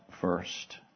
first